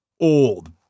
old